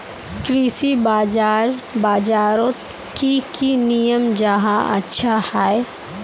कृषि बाजार बजारोत की की नियम जाहा अच्छा हाई?